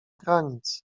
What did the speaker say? granic